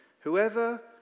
Whoever